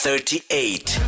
Thirty-eight